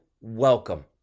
welcome